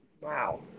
Wow